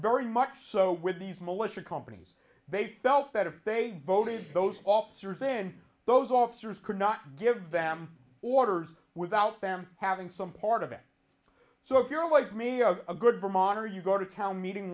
very much so with these militia companies they felt that if they voted those officers then those officers could not give them orders without them having some part of it so if your wife me a good vermonter you go to town meeting